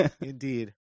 Indeed